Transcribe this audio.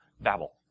babble